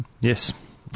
Yes